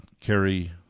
carry